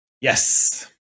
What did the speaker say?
Yes